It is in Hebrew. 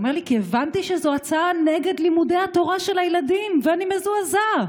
הוא אמר לי: כי הבנתי שזו הצעה נגד לימודי התורה של הילדים ואני מזועזע.